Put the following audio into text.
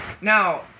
now